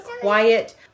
quiet